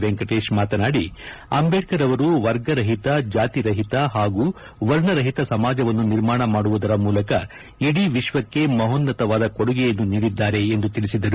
ವೆಂಕಟೇಶ್ ಮಾತನಾಡಿ ಅಂಬೇಡ್ತರ್ ಅವರು ವರ್ಗ ರಹಿತ ಜಾತಿ ರಹಿತ ಹಾಗೂ ವರ್ಣ ರಹಿತ ಸಮಾಜವನ್ನು ನಿರ್ಮಾಣ ಮಾಡುವುದರ ಮೂಲಕ ಇಡೀ ವಿಶ್ವಕ್ಕೆ ಮಹೋನ್ನತವಾದ ಕೊಡುಗೆಯನ್ನು ನೀಡಿದ್ದಾರೆ ಎಂದು ತಿಳಿಸಿದರು